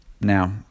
Now